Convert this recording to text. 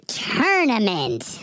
tournament